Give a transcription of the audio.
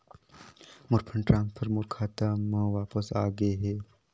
मोर fund transfer मोर खाता म वापस आ गे हे